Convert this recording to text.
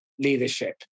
leadership